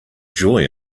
joy